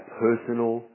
personal